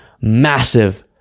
massive